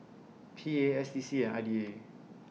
P A S D C and I D A